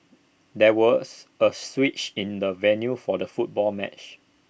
there was A switch in the venue for the football match